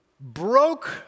broke